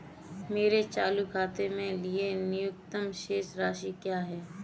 मेरे चालू खाते के लिए न्यूनतम शेष राशि क्या है?